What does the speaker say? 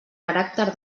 caràcter